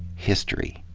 history.